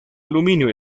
aluminio